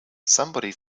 somebody